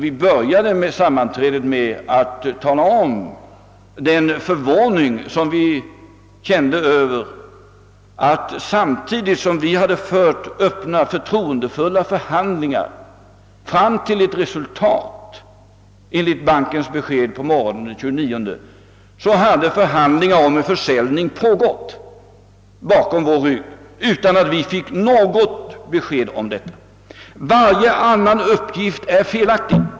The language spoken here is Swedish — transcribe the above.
Vi började sammanträdet med att ge uttryck åt den förvåning som vi kände över att samtidigt som vi fört öppna, förtroendefulla förhandlingar fram till ett resultat enligt bankens besked på morgonen den 29, så hade förhandlingar om en försäljning pågått bakom vår TY8S: Varje annan uppgift är felaktig.